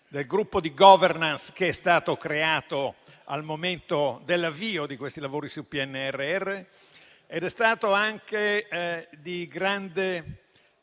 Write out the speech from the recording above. del gruppo di *governance* che è stato creato al momento dell'avvio di questi lavori sul PNRR. È stato anche di grande